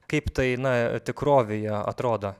kaip tai na tikrovėje atrodo